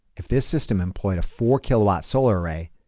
if this system employed a four-kilowatt solar array,